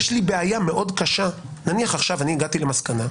יש לי בעיה קשה מאוד נניח הגעתי עכשיו למסקנה,